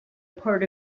part